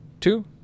Two